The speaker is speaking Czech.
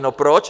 No proč?